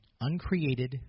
uncreated